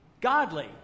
godly